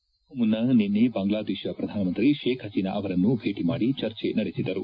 ಇದಕ್ಕೂ ಮುನ್ನ ನಿನ್ನೆ ಬಾಂಗ್ಲಾದೇಶ ಪ್ರಧಾನಮಂತ್ರಿ ಶೇಬ್ ಹಸೀನಾ ಅವರನ್ನು ಭೇಟ ಮಾಡಿ ಚರ್ಜೆ ನಡೆಸಿದರು